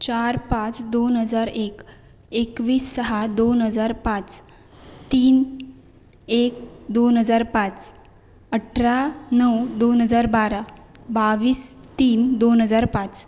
चार पाच दोन हजार एक एकवीस सहा दोन हजार पाच तीन एक दोन हजार पाच अठरा नऊ दोन हजार बारा बावीस तीन दोन हजार पाच